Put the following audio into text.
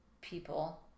people